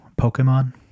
Pokemon